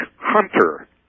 hunter